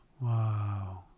Wow